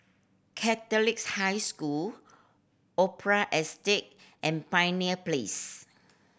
Catholic's High School Opera Estate and Pioneer Place